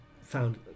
found